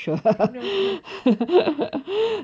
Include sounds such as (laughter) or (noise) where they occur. no (laughs) uh